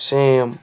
same